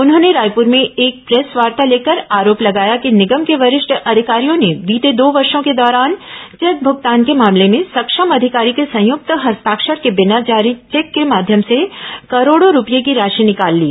उन्होंने रायपुर में एक प्रेसवार्ता लेकर आरोप लगाया कि निगम के वरिष्ठ अधिकारियों ने बीते दो वर्षों के दौरान चेक मुगतान के मामले में सक्षम अधिकारी के संयुक्त हस्ताक्षर के बिना जारी चेक के माध्यम से करोड़ों रूपये की राशि निकाल ली